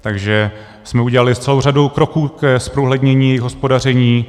Takže jsme udělali celou řadu kroků ke zprůhlednění hospodaření.